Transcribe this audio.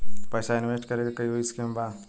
पैसा इंवेस्ट करे के कोई स्कीम बा?